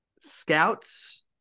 Scouts